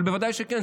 אבל ודאי שכן.